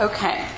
Okay